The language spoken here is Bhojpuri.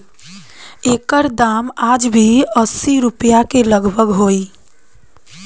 एकर दाम आज भी असी रुपिया के लगभग होई